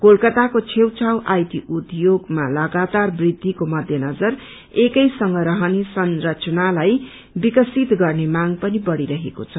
क्लकताको छेउछाउ आईटी उद्योगमा लगातार वृद्धिको मध्य नजर एकैसँग रहने संरचनालाई विकसित गर्ने माग पनि बढ़िरहेको छ